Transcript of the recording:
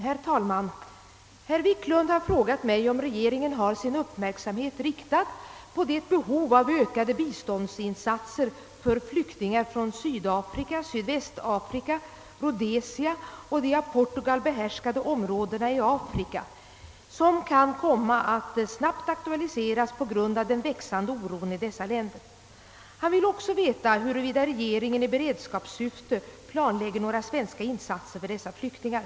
Herr talman! Herr Wiklund i Stockholm har frågat mig om regeringen har sin uppmärksamhet riktad på det behov av ökade biståndsinsatser för flyktingar från Sydafrika, Sydvästafrika, Rhodesia och de av Portugal behärskade områdena i Afrika som kan komma att snabbt aktualiseras på grund av den växande oron i dessa länder. Han vill också veta huruvida regeringen i beredskapssyfte planlägger några svenska insatser för dessa flyktingar.